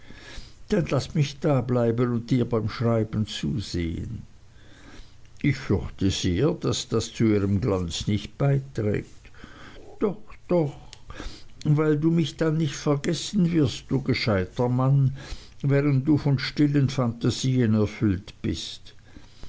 dann laß mich dableiben und dir beim schreiben zusehen ich fürchte sehr daß das zu ihrem glanz nicht beiträgt dora doch doch weil du mich dann nicht vergessen wirst du gescheiter mann während du von stillen phantasien erfüllt bist